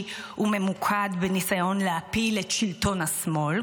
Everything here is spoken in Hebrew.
וממוקד בניסיון להפיל את שלטון השמאל,